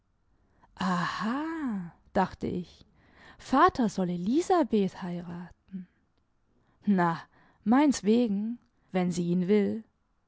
aha dachte ich vater soll elisabeth heiraten na meinswegen wenn sie ihn will